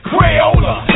Crayola